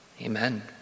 Amen